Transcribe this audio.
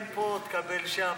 חברי ועד מבינים: תן פה, תקבל שם.